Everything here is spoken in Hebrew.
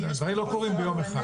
הדברים לא קורים ביום אחד.